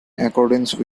accordance